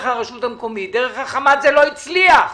הרשות המקומית דרך החמ"ת זה לא הצליח,